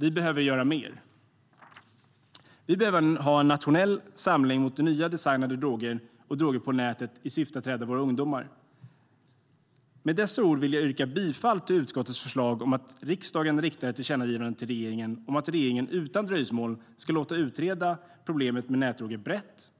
Vi behöver göra mer. Vi behöver ha en nationell samling mot nya designade droger och droger på nätet i syfte att rädda våra ungdomar. Med dessa ord vill jag yrka bifall till utskottets förslag om att riksdagen riktar ett tillkännagivande till regeringen om att regeringen utan dröjsmål ska låta utreda problemet med nätdroger brett,